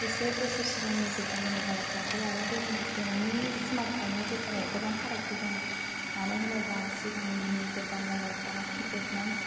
एसे बोसोर सिगांनि गोजाम मबाइल फनफोर आरो दनि स्मार्टफननि गेजेराव गोबां फारागथि दङ मानो होनोबा सिगांनि गोजाम मबाइल फना किपेडमोन